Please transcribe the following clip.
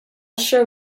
shall